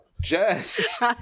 Jess